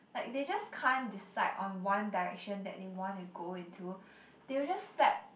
like they just can't decide on one direction that they want to go into they'll just flap